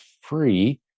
free